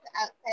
outside